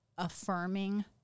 affirming